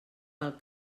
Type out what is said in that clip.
pel